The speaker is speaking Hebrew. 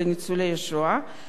חברת הכנסת מרינה סולודקין,